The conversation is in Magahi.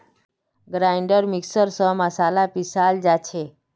ग्राइंडर मिक्सर स मसाला पीसाल जा छे